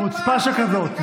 חוצפה שכזאת.